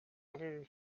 all